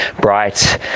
bright